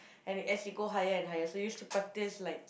and as you go higher and higher so used to practise like